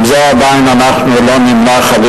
בזה אנחנו עדיין לא נמנע,